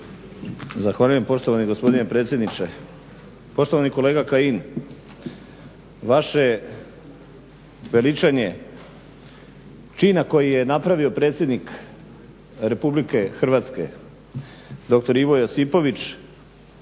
Zahvaljujem poštovani gospodine predsjedniče. Poštovani kolega Kajin vaše veličanje čina koji je napravio predsjednik RH dr. Ivo Josipović